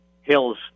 Hill's